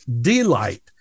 delight